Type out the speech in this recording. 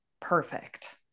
perfect